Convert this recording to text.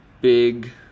big